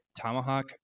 Tomahawk